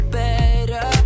better